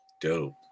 Dope